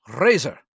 Razor